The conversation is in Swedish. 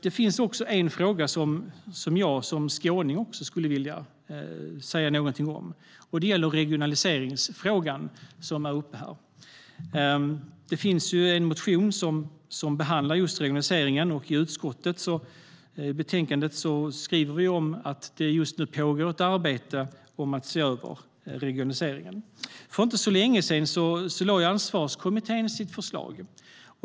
Det finns också en fråga som jag som skåning skulle vilja säga någonting om. Det är regionaliseringsfrågan, som har tagits upp här. Det finns en motion som behandlar just regionaliseringen, och i utskottsbetänkandet skriver vi att det just nu pågår ett arbete med att se över regionaliseringen. För inte så länge sedan lade Ansvarskommittén fram sitt förslag.